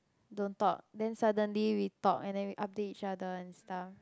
don't talk then suddenly we talk and then we update each other and stuff